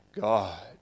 God